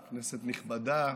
נכבדה,